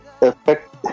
effect